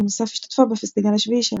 בנוסף השתתפה בפסטיגל השביעי שלה.